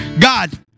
God